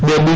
બે બી